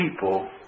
people